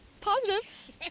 positives